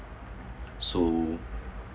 so